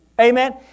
Amen